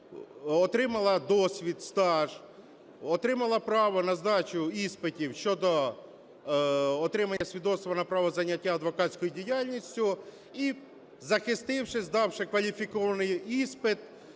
отримала досвід, стаж, отримала право на здачу іспитів щодо отримання свідоцтва на право зайняття адвокатською діяльністю, і захистивши, здавши кваліфікований іспит,